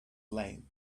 lame